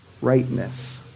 rightness